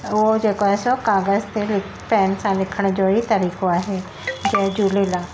उहो जेको आहे सो काग़ज़ु ते पेन सां लिखण जो ई तरीक़ो आहे जय झूलेलाल